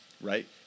Right